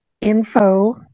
info